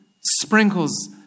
sprinkles